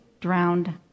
drowned